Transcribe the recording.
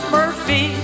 Murphy